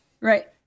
Right